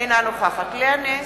אינה נוכחת לאה נס,